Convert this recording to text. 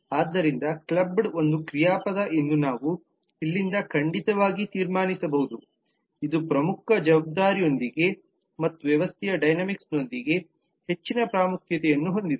ಆದ್ದರಿಂದ ಕ್ಲಬ್ಬ್ದ್ ಒಂದು ಕ್ರಿಯಾಪದ ಎಂದು ನಾವು ಇಲ್ಲಿಂದ ಖಂಡಿತವಾಗಿ ತೀರ್ಮಾನಿಸಬಹುದು ಇದು ಪ್ರಮುಖ ಜವಾಬ್ದಾರಿಯೊಂದಿಗೆ ಮತ್ತು ವ್ಯವಸ್ಥೆ ಡೈನಾಮಿಕ್ಸ್ಗೆನೊಂದಿಗೆ ಹೆಚ್ಚಿನ ಪ್ರಾಮುಖ್ಯತೆಯನ್ನು ಹೊಂದಿದೆ